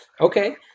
okay